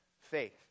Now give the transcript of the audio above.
faith